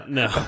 no